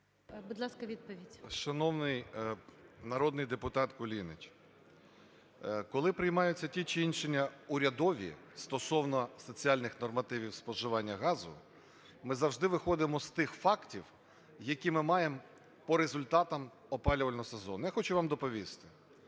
Шановний народний депутат Кулініч, коли приймаються ті чи інші рішення урядові стосовно соціальних нормативів споживання газу, ми завжди виходимо з тих фактів, які ми маємо по результатам опалювального сезону. Я хочу вам доповісти,